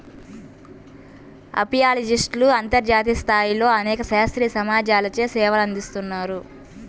అపియాలజిస్ట్లు అంతర్జాతీయ స్థాయిలో అనేక శాస్త్రీయ సమాజాలచే సేవలందిస్తున్నారు